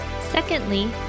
Secondly